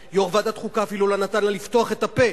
שיושב-ראש ועדת החוקה אפילו לא נתן לה לפתוח את הפה,